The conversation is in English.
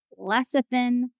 lecithin